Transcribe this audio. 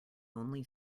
only